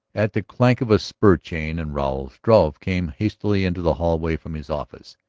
at the clank of spur-chain and rowel struve came hastily into the hallway from his office.